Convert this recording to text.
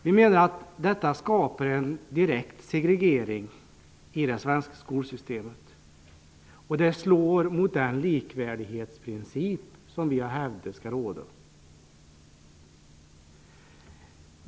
Vi menar att detta skapar en direkt segregering i det svenska skolsystemet, och det slår mot den likvärdighetsprincip som vi har hävdat bör råda.